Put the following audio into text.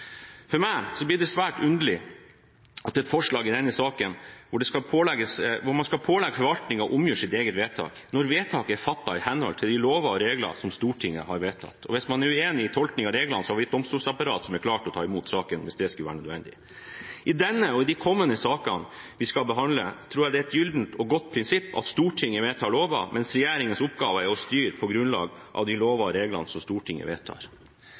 For meg blir det svært underlig med et forslag i denne saken hvor man skal pålegge forvaltningen å omgjøre sitt eget vedtak, når vedtaket er fattet i henhold til de lover og regler som Stortinget har vedtatt. Hvis man er uenig i tolkningen av reglene, har vi et domstolsapparat som er klar til å ta imot saken, hvis det skulle være nødvendig. I denne og de kommende sakene vi skal behandle, tror jeg det er et gyllent og godt prinsipp at Stortinget vedtar lover, mens regjeringens oppgave er å styre på grunnlag av de lover og regler som Stortinget vedtar.